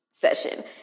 session